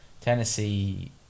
Tennessee